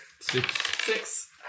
Six